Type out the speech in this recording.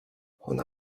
ona